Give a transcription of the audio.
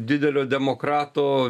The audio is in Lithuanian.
didelio demokrato